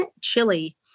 chili